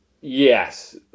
yes